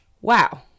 Wow